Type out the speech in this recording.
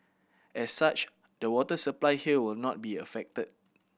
as such the water supply here will not be affected